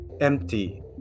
empty